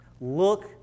Look